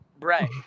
Right